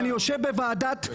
בוועדות לא אבל במליאה כן.